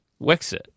wexit